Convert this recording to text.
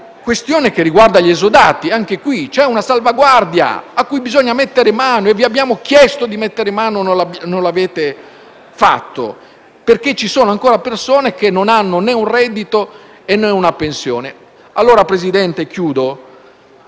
l'enorme problema degli esodati. Anche qui, c'è una salvaguardia cui bisogna mettere mano. Vi abbiamo chiesto di intervenire e non lo avete fatto, perché ci sono ancora persone che non hanno né un reddito né una pensione. Signor Presidente, concludo